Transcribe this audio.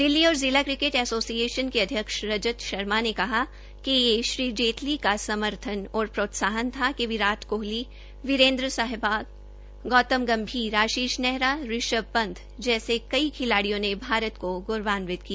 दिल्ली और cricket association के अध्यक्ष रजत शर्मा ने कहा कि यह श्री जेतली का समर्थन और प्रोत्साहन था कि विराट कोहली बीरेन्द्र सहवाग गौतम गंभीर अशीष नेहरा ऋषभ पंत जैसे कई खिलाडियों ने भारत को गौरवांवित किया